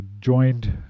joined